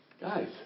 guys